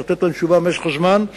נצטרך לתת להם תשובה במשך הזמן,